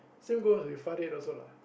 same goes with Farid also lah